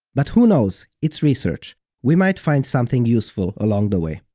but who knows, it's research we might find something useful along the way.